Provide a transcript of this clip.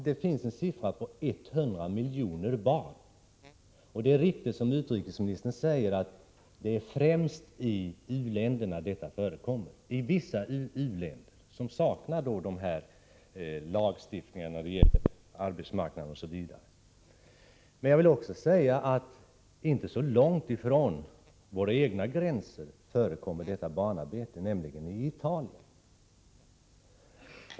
Det finns en siffra på 100 miljoner. Det är som utrikesministern säger främst i vissa u-länder, som saknar lagstiftning när det gäller arbetsmarknaden osv., som detta förekommer. Men det förekommer också inte så långt ifrån våra gränser, nämligen i Italien.